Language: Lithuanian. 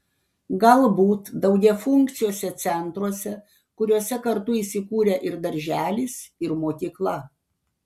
galbūt daugiafunkciuose centruose kuriuose kartu įsikūrę ir darželis ir mokykla